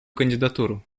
кандидатуру